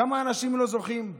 כמה אנשים לא זוכים?